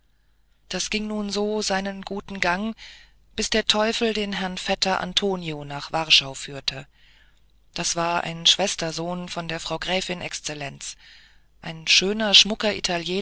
das ging nun so seinen guten gang bis der teufel den herrn vetter antonio nach warschau führte das war ein schwestersohn von der frau gräfin exzellenz ein schöner schmucker